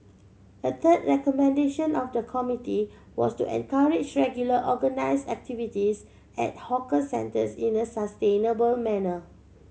a third recommendation of the committee was to encourage regular organise activities at hawker centres in a sustainable manner